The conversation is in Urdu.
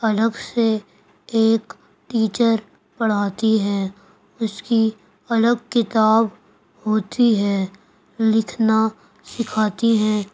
الگ سے ایک ٹیچر پڑھاتی ہیں اس کی الگ کتاب ہوتی ہے لکھنا سکھاتی ہیں